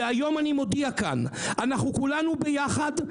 היום אני מודיע כאן: אנחנו כולנו יחד,